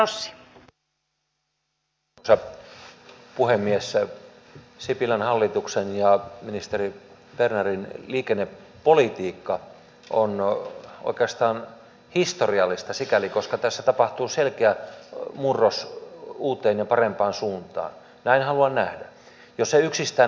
toiminta perustuukin hyvin pitkälti omaehtoiseen harjoitteluun ja yksi tärkeimmistä perustaidoista on ollu oikeestaan historiallista sikäli koska tässä tapahtuu selkeä murros uuteen parempaan suuta tai huone hyvä ampumataito